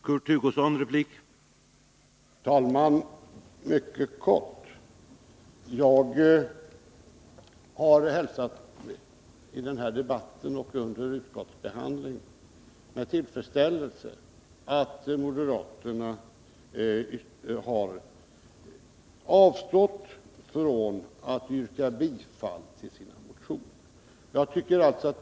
Herr talman! Jag skall fatta mig mycket kort. I den här debatten och under utskottsbehandlingen har jag med tillfredsställelse noterat att moderaterna har avstått från att yrka bifall till sina motioner.